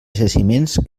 jaciments